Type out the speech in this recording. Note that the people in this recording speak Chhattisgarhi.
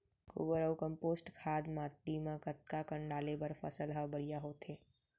गोबर अऊ कम्पोस्ट खाद माटी म कतका कन डाले बर फसल ह बढ़िया होथे?